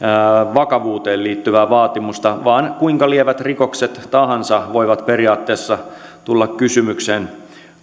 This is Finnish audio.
vakavuuteen liittyvää vaatimusta vaan kuinka lievät rikokset tahansa voivat periaatteessa tulla kysymykseen